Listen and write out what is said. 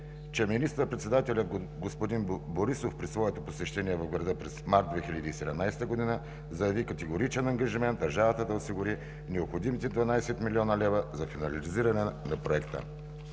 че министър-председателят господин Борисов при своето посещение в града през март 2017 г. заяви категоричен ангажимент държавата да осигури необходимите 12 млн. лв. за финализиране на проекта.